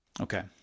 Okay